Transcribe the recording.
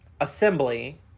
assembly